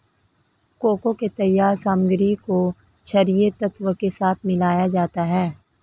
cocoa के तैयार सामग्री को छरिये तत्व के साथ मिलाया जाता है